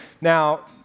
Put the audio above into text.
Now